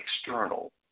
external